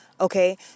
Okay